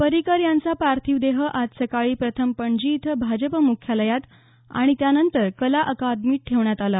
पर्रिकर यांचा पार्थिव देह आज सकाळी प्रथम पणजी इथं भाजप मुख्यालयात आणि त्यानंतर कला अकादमीत ठेवण्यात आला